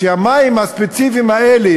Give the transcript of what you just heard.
שהמים הספציפיים האלה,